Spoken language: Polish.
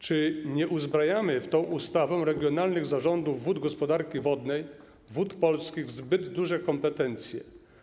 Czy nie uzbrajamy tą ustawą regionalnych zarządów Gospodarstwa Wodnego Wód Polskich w zbyt duże kompetencje?